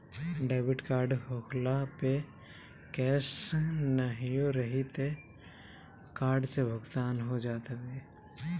debit card होखला पअ cash नाहियो रही तअ कार्ड से भुगतान हो जात हवे